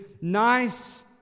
nice